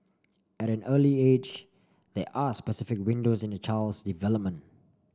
at an early age there are specific windows in a child's development